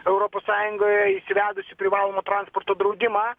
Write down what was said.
europos sąjungoje įvedusi privalomą transporto draudimą